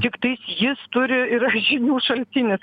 tiktai jis turi yra žinių šaltinis